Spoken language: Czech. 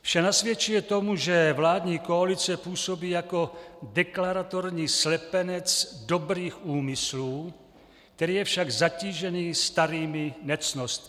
Vše nasvědčuje tomu, že vládní koalice působí jako deklaratorní slepenec dobrých úmyslů, který je však zatížený starými nectnostnostmi.